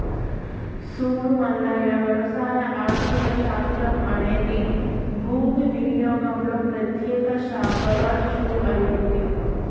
సూడు మల్లయ్య వ్యవసాయ ఆర్థిక శాస్త్రం అనేది భూమి వినియోగంలో ప్రత్యేక శాఖగా షురూ అయింది